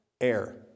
Air